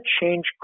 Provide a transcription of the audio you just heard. change